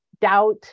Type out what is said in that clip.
Doubt